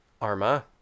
Arma